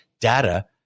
data